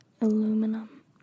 aluminum